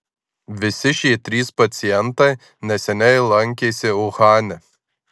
visi šie trys pacientai neseniai lankėsi uhane